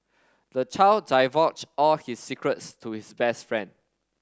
the child divulged all his secrets to his best friend